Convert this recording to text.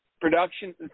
production